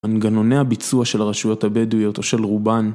מנגנוני הביצוע של הרשויות הבדואיות או של רובן